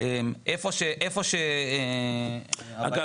איפה ש --- אגב,